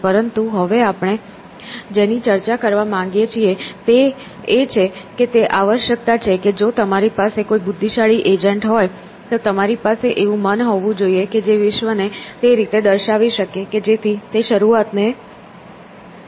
પરંતુ હવે આપણે જેની ચર્ચા કરવા માંગીએ છીએ તે એ છે કે તે આવશ્યકતા છે કે જો તમારી પાસે કોઈ બુદ્ધિશાળી એજન્ટ હોય તો તમારી પાસે એવું મન હોવું જોઈએ કે જે વિશ્વ ને તે રીતે દર્શાવી શકે કે જેથી તે રજુઆતને અસરકારક રીતે દર્શાવી શકે